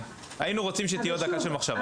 היינו רוצים שתהיה עוד דקה של מחשבה.